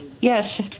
Yes